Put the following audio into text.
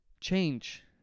change